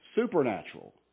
supernatural